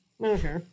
Okay